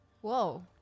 Whoa